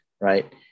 right